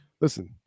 listen